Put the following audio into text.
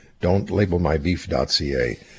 don'tlabelmybeef.ca